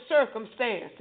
circumstances